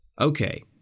Okay